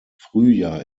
frühjahr